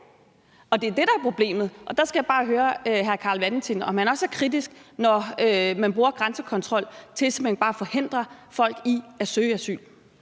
og det er det, der er problemet. Og der skal jeg bare høre hr. Carl Valentin, om han også er kritisk, når man bruger grænsekontrol til simpelt hen bare at forhindre folk i at søge asyl.